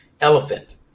elephant